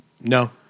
No